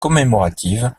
commémorative